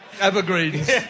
evergreens